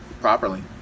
properly